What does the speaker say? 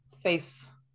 face